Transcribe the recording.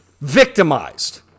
victimized